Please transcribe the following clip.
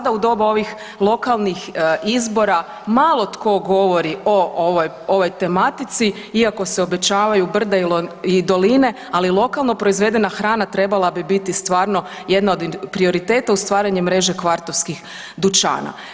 doba ovih lokalnih izbora, malo tko govori o ovoj tematici iako se obećavaju brda i doline, ali lokalna proizvedena hrana trebala bi biti stvarno jedna od prioriteta u stvaranju mreže kvartovskih dućana.